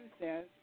says